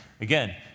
again